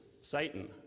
Satan